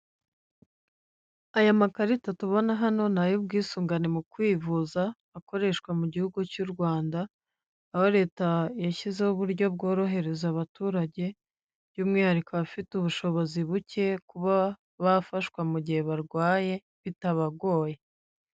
Aya makarita tubona hano ni ay'ubwisungane mu kwivuza akoreshwa mu gihugu cy'u Rwanda, aho leta yashyizeho uburyo bworohereza abaturage, by'umwihariko abafite ubushobozi buke kuba bafashwa mu gihe barwaye bitabagoye.